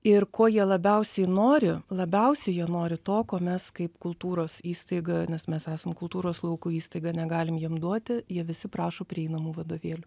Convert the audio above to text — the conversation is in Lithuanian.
ir ko jie labiausiai nori labiausiai jie nori to ko mes kaip kultūros įstaiga nes mes esam kultūros lauko įstaiga negalim jiem duoti jie visi prašo prieinamų vadovėlių